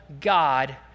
God